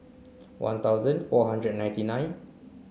one thousand four hundred and ninety nine